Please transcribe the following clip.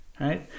right